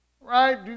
Right